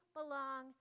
belong